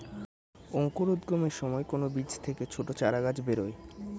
অঙ্কুরোদ্গমের সময় কোন বীজ থেকে ছোট চারাগাছ বেরোয়